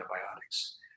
antibiotics